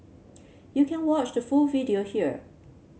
you can watch the full video here